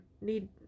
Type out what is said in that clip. need